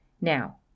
Now